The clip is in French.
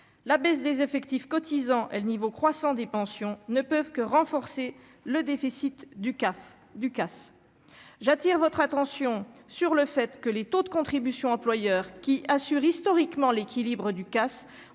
la baisse des effectifs cotisants elle niveau croissant des pensions ne peuvent que renforcer. Le déficit du CAF du casse, j'attire votre attention sur le fait que les taux de contribution employeur qui assure historiquement l'équilibre du CAS